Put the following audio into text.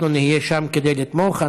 אנחנו נהיה שם כדי לתמוך.